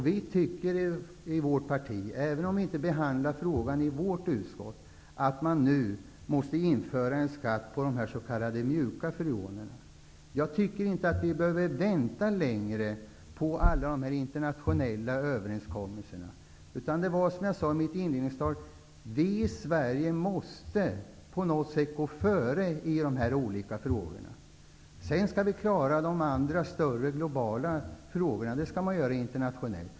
Vi i vårt parti tycker, även om vi inte behandlar den frågan i jordbruksutskottet, att man nu måste införa en skatt på de s.k. mjuka freonerna. Jag tycker inte att vi behöver vänta längre på alla de internationella överenskommelserna. Som jag sade i mitt inledningsanförande måste vi i Sverige på något sätt gå före i de här olika frågorna. De större globala frågorna skall vi klara internationellt.